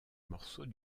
morceaux